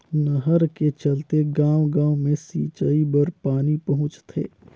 नहर के चलते गाँव गाँव मे सिंचई बर पानी पहुंचथे